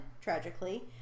tragically